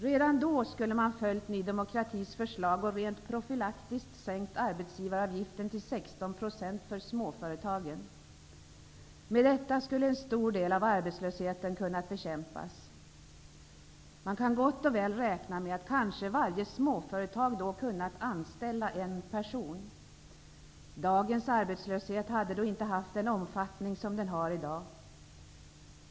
Redan då skulle man följt Ny demokratis förslag och rent profylaktiskt sänkt arbetsgivaravgiften till 16 % för småföretagen. Med detta skulle en stor del av arbetslösheten kunnat bekämpas. Man kan gott och väl räkna med att varje ''småföretag'' då kanske kunnat anställa en person. Dagens arbetslöshet hade då inte haft den omfattning som den har i dag.